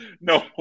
No